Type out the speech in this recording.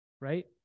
Right